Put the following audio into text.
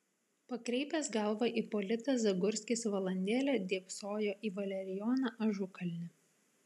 pakreipęs galvą ipolitas zagurskis valandėlę dėbsojo į valerijoną ažukalnį